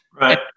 Right